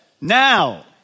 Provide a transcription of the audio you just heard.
Now